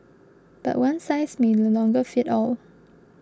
but one size may no longer fit all